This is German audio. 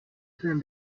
film